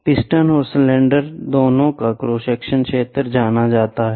piston और cylinder दोनों का क्रॉस सेक्शन क्षेत्र जाना जाता है